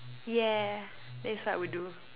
yeah that is what I would do